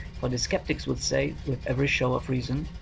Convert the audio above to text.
for the sceptics would say, with every show of reason,